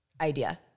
idea